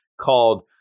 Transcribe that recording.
called